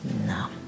No